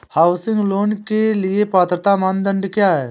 Housing loan के लिए पात्रता मानदंड क्या हैं?